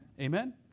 Amen